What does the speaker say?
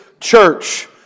church